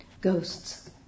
Ghosts